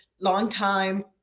long-time